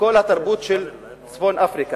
לכל התרבות של צפון-אפריקה,